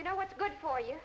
you know what's good for you